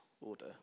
order